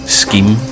scheme